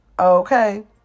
Okay